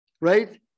right